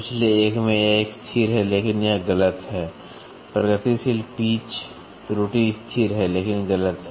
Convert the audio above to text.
पिछले एक में यह स्थिर है लेकिन यह गलत है प्रगतिशील पिच त्रुटि स्थिर है लेकिन गलत है